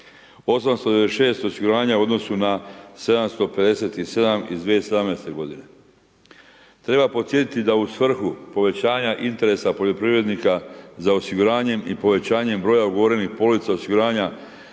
896 osiguranja u odnosu na 757 iz 2017. godine. Treba podsjetiti da u svrhu povećanja interesa poljoprivrednika za osiguranjem i povećanjem brojem ugovorenih polica osiguranja